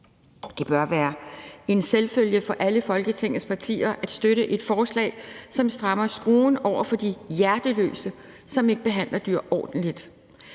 Det bør være en selvfølge for alle Folketingets partier at støtte et forslag, som strammer skruen over for de hjerteløse, som ikke behandler dyr ordentligt.